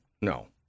no